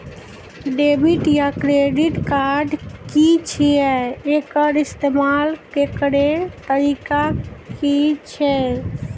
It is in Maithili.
डेबिट या क्रेडिट कार्ड की छियै? एकर इस्तेमाल करैक तरीका की छियै?